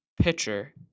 Pitcher